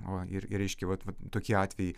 va ir ir reiškia vat vat tokie atvejai